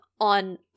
on